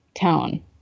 tone